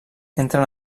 entren